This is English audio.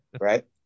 right